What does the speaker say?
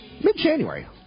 mid-January